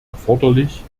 erforderlich